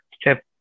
step